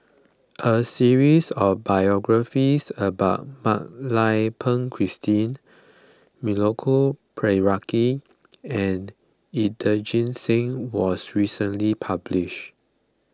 a series of biographies about Mak Lai Peng Christine Milenko Prvacki and Inderjit Singh was recently published